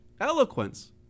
eloquence